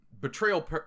Betrayal